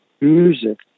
music